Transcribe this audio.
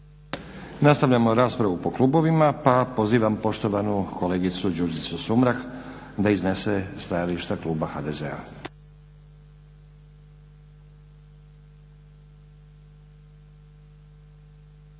Nastavljamo raspravu po klubovima. Pozivam poštovanu kolegicu Đurđicu Sumrak da iznese stajališta kluba HDZ-a.